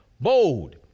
bold